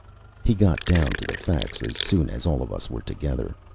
he got down to the facts as soon as all of us were together.